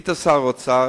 היית שר האוצר,